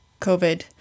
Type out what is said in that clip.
COVID